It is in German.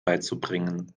beizubringen